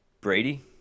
Brady